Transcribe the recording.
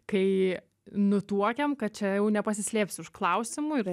kai nutuokiam kad čia jau nepasislėpsi užklausimų ir